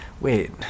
Wait